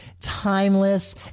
timeless